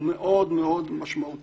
אבל הוא מאוד מאוד משמעותי,